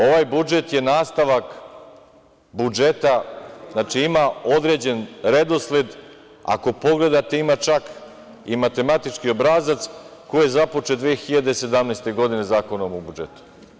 Ovaj budžet je nastavak budžeta, znači ima određen redosled, ako pogledate, ima čak i matematički obrazac, koji je započet 2017. godine Zakonom o budžetu.